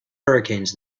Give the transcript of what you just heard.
hurricanes